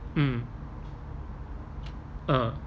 mm ah